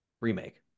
Remake